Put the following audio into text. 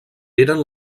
eren